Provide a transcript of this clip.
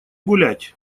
гулять